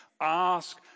ask